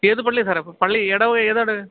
ഏതു പള്ളിയാ സാറെ പള്ളി ഇടവക ഏതാണ്